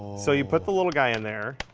so you put the little guy in there.